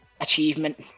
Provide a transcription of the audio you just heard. achievement